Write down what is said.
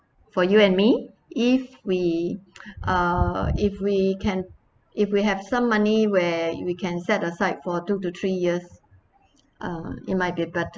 for you and me if we uh if we can if we have some money where we can set aside for two to three years uh it might better